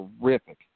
terrific